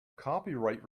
copyright